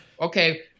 okay